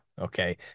okay